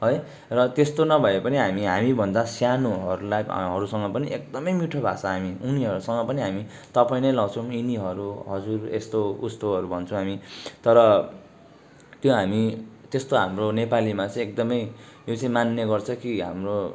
है र त्यस्तो नभए पनि हामी हामीभन्दा सानोहरूलाई हरूसँग पनि एकदमै मिठो भाषा हामी उनीहरूसँग पनि हामी तपाईँ नै लाउँछौँ यिनीहरू हजुर यस्तो उस्तोहरू भन्छौँ हामी तर त्यो हामी त्यस्तो हाम्रो नेपालीमा चाहिँ एकदमै यो चाहिँ मान्ने गर्छ कि हाम्रो